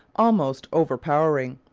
almost overpowering.